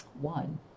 One